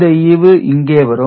இந்த ஈவு இங்கே வரும்